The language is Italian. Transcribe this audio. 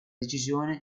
decisione